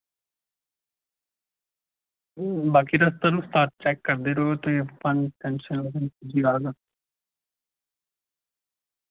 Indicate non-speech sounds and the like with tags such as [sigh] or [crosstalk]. बाकी ते [unintelligible] चैक करदे रवेओ ते [unintelligible]